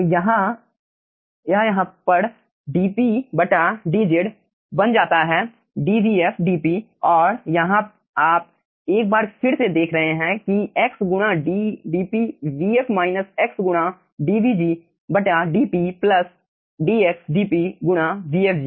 तो यह यहाँ पर dpdz बन जाता है dvf dp और यहाँ आप एक बार फिर से देख रहे हैं कि x गुणा d dpvf x गुणा dvgdp प्लस dx dp गुणा vfg